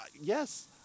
yes